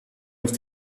auf